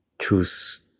choose